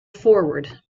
forward